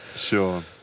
Sure